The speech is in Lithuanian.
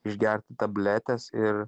išgerti tabletes ir